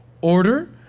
order